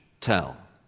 tell